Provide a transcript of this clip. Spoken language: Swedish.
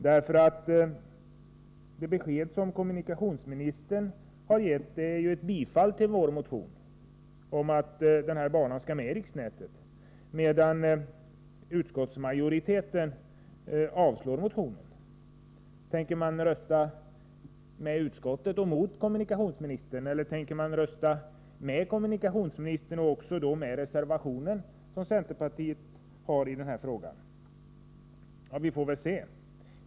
Det besked som kommunikationsministern har gett innebär ju ett bifall till vår motion om att banan skall komma med i riksnätet, medan utskottsmajoriteten avstyrker motionen. Tänker man rösta med utskottet och mot kommunikationsministern, eller tänker man rösta med kommunikationsministern och då också med den reservation som centerpartiet har i denna fråga? Vi får väl se.